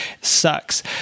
sucks